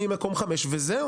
מי יהיה מקום חמש וזהו.